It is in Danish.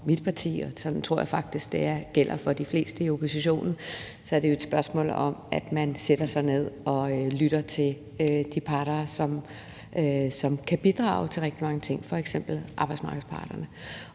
og sådan tror jeg faktisk det gælder for de fleste i oppositionen – er, at man sætter sig ned og lytter til de parter, som kan bidrage til rigtig mange ting, f.eks. arbejdsmarkedets parter.